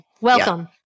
Welcome